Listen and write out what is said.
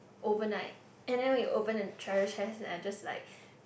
overnight and then we open the treasure chest then just like